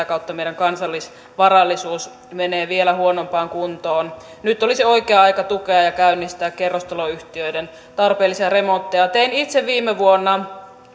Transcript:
kautta meidän kansallisvarallisuus menee vielä huonompaan kuntoon nyt olisi oikea aika tukea ja käynnistää kerrostaloyhtiöiden tarpeellisia remontteja tein itse viime vuonna